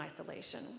isolation